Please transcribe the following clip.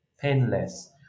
painless